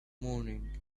morning